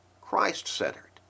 Christ-centered